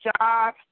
job